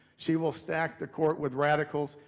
she will stack the court with radicals,